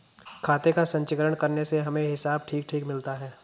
खाते का संचीकरण करने से हमें हिसाब ठीक ठीक मिलता है